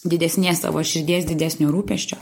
didesnės savo širdies didesnio rūpesčio